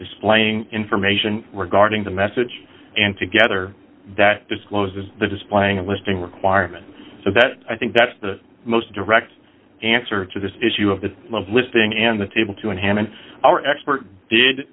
displaying information regarding the message and together that discloses the displaying listing requirements so that i think that's the most direct answer to this issue of the listing and the table to him and our expert did